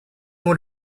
what